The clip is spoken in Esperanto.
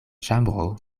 ĉambro